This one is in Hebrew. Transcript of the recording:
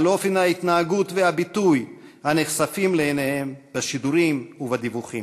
על אופן ההתנהגות ואופן הביטוי הנחשפים לעיניהם בשידורים ובדיווחים.